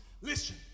Listen